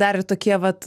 dar ir tokie vat